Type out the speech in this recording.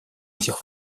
этих